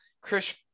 Chris